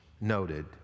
noted